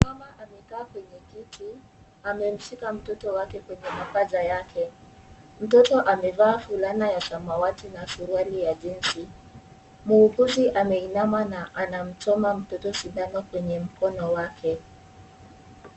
Mama amekaa kwenye kiti, amemshika mtoto wake kwenye mapaja yake. Mtoto amevaa fulana ya samawati na suruali ya jinsi. Muuguzi ameinama na anamchoma mtoto sindano kwenye mkono wake.